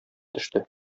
төште